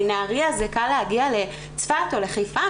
מנהריה קל להגיע לצפת או לחיפה,